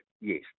yes